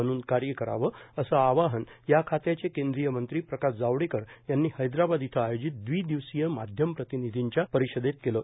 बनून कार्य करावं असं आवाहन या खात्याचे केंद्रीय मंत्री प्रकाश जावडेकर यांनी हैदराबाद इथं आयोजित द्वि दिवसीय माध्यम प्रतिनिधींच्या परिषदेत केलं